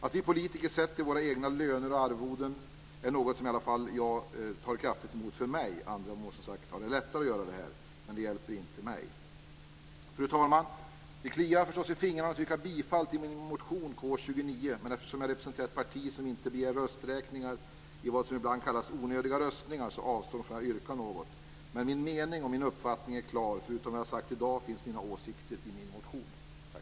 Att vi politiker sätter våra egna löner och arvoden är något som i alla fall för mig tar emot kraftigt. Andra må som sagt ha lättare att göra det. Men det hjälper inte mig. Fru talman! Det kliar förstås i fingrarna att yrka bifall till min motion K29. Men eftersom jag representerar ett parti som inte begär rösträkningar i vad som ibland kallas onödiga röstningar avstår jag från att yrka något. Men min mening och min uppfattning är klar. Förutom vad jag har sagt i dag finns mina åsikter i min motion. Tack!